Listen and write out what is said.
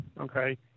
okay